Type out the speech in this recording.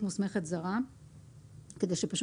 מ.פ)